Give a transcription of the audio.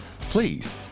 please